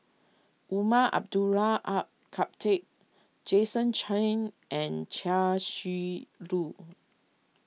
Umar Abdullah Al Khatib Jason Chan and Chia Shi Lu